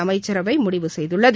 அமைச்சரவை முடிவு செய்துள்ளது